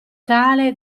tale